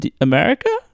America